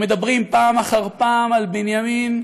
ומדברים פעם אחר פעם על בנימין